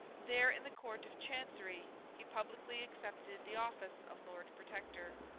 there, in the court of chancery, he publicly accepted the office of lord protector.